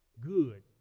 good